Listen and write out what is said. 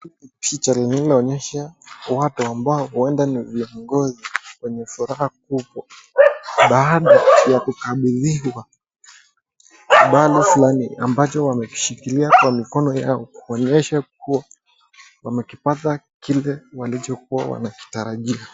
Picha hiii inaonesha watu ambao huenda ni viongozi wenye furaha . Baadha ya kukabidhiwa bidhaa Fulani ambacho wameshikilia kwa mkono yao kuonesha kuwa wamekipata kile walicho kuwa wanakitarajia.